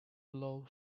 low